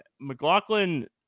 McLaughlin